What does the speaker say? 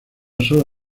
sola